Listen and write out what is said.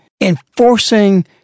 enforcing